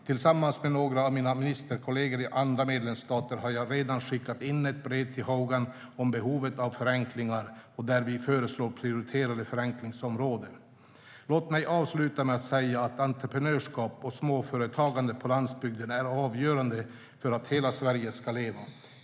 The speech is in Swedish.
Tillsammans med några av mina ministerkolleger i andra medlemsstater har jag redan skickat ett brev till Hogan om behovet av förenkling där vi föreslår prioriterade förenklingsområden. Låt mig avsluta med att säga att entreprenörskap och småföretagande på landsbygden är avgörande för att hela Sverige ska leva.